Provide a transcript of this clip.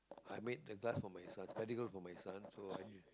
I make the glass for my son spectacles for my son so I